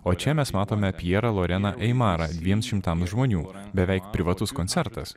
o čia mes matome pjerą loreną aimarą dviem šimtams žmonių beveik privatus koncertas